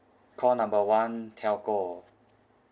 call number one telco